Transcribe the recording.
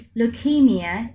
leukemia